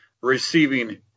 receiving